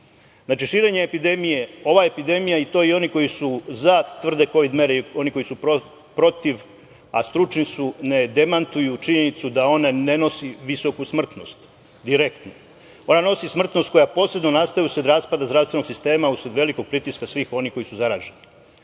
širenje epidemije, ova epidemija i to i oni koji su „za“ kovid mere i oni koji su „protiv“, a stručni su, ne demantuju činjenicu da one ne nose visoku smrtnost direktno. Ona nosi smrtnost koja posredno nastaje usred raspada zdravstvenog sistema usled velikog pritiska svih onih koji su zaraženi.